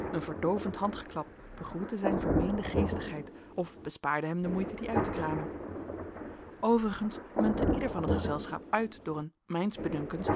een verdoovend handgeklap begroette zijn vermeende geestigheid of bespaarde hem de moeite die uit te kramen overigens muntte ieder van het gezelschap uit door een mijns bedunkens